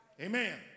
Amen